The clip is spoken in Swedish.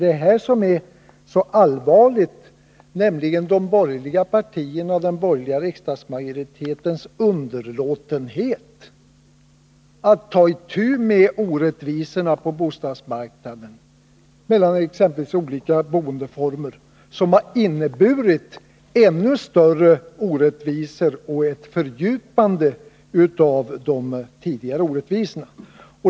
Det som är så allvarligt är de borgerliga partiernas och den borgerliga riksdagsmajoritetens underlåtenhet att ta itu med orättvisorna på bostadsmarknaden mellan exempelvis olika boendeformer. Den har nämligen inneburit ett fördjupande av de tidigare orättvisorna.